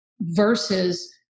versus